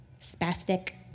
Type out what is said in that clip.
spastic